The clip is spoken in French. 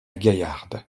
gaillarde